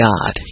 God